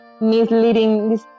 misleading